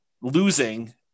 losing